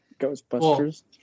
Ghostbusters